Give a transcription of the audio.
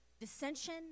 dissension